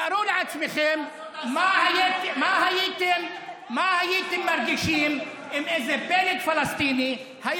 תארו לעצמכם מה הייתם מרגישים אם איזה בנט פלסטיני היה